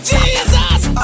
Jesus